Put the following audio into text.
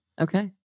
Okay